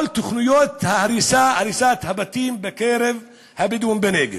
תוכניות הריסת הבתים בקרב הבדואים בנגב,